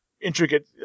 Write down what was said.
intricate